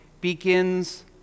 begins